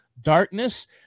darkness